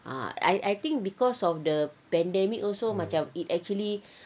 ah I I think because of the pandemic also macam it actually